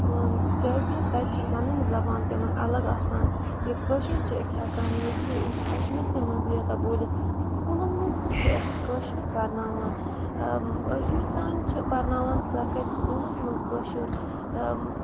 کیٛازکہِ تَتہِ چھِ پَنٕنۍ زَبان تِمَن الگ آسان یہِ کٲشُر چھِ أسۍ ہٮ۪کان ییٚتھی کَشمیٖرسٕے منٛزٕے یوتاہ بوٗلِتھ سکوٗلَن منٛز تہِ چھِ کٲشُر پَرناوان ٲٹھمہِ تانۍ چھِ پَرناوان سَرکٲرۍ سکوٗلَس منٛز کٲشُر